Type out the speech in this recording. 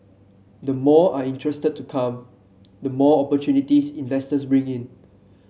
the more are interested to come the more opportunities investors bring in